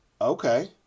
okay